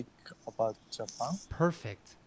Perfect